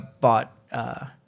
bought